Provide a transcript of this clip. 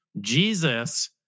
Jesus